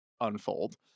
unfold